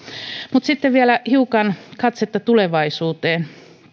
mutta sitten vielä hiukan katsetta tulevaisuuteen